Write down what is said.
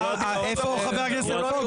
איפה חבר הכנסת פוגל?